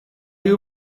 you